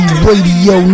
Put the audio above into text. radio